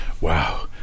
wow